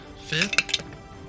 Fifth